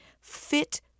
fit